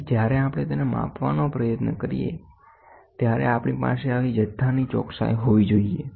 તેથી જ્યારે આપણે તેને માપવાનો પ્રયત્ન કરીએ ત્યારે આપણી પાસે આવી જથ્થાની ચોકસાઇ હોવી જોઈએ